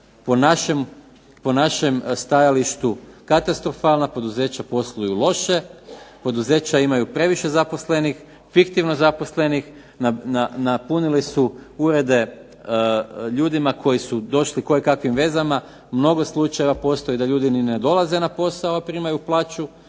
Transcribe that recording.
po našem stajalištu katastrofalna. Poduzeća posluju loše, poduzeća imaju previše zaposlenih, fiktivno zaposlenih. Napunili su urede ljudima koji su došli kojekakvim vezama. U mnogo slučajeva postoji da ljudi ni ne dolaze na posao, a primaju plaću,